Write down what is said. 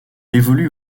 évolue